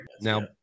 Now